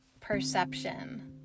Perception